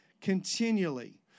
continually